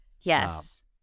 Yes